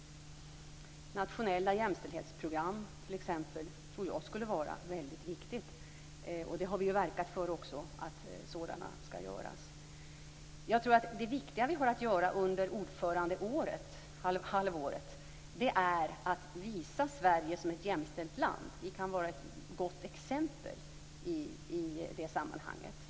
Nationella jämställdhetsprogram tror jag skulle vara väldigt viktiga. Vi har verkat för att sådana skall utarbetas. Det viktiga vi har att göra under ordförandehalvåret är att visa Sverige som ett jämställt land. Vi kan vara ett gott exempel i det sammanhanget.